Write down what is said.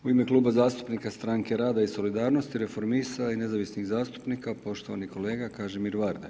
U ime Kluba zastupnika Stranke rada i solidarnosti, reformista i nezavisnih zastupnika, poštovani kolega Kažimir Varda.